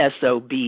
SOB